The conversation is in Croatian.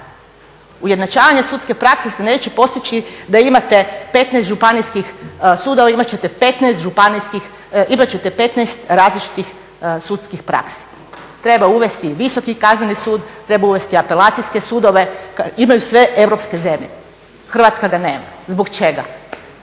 Ujednačavanje sudske prakse se neće postići da imate 15 županijskih sudova. Imat ćete 15 županijskih, imat ćete 15 različitih sudskih praksi. Treba uvesti i Visoki kazneni sud, treba uvesti apelacijske sudove, imaju sve europske zemlje. Hrvatska ga nema. Zbog čega?